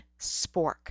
spork